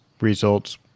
results